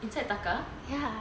inside taka